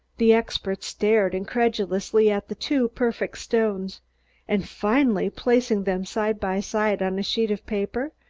the expert stared incredulously at the two perfect stones and finally, placing them side by side on a sheet of paper,